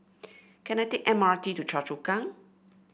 can I take M R T to Choa Chu Kang